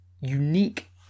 unique